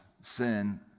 sin